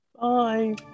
Bye